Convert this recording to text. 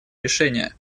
решения